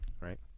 right